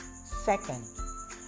Second